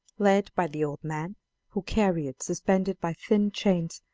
led by the old man who carried, suspended by thin chains,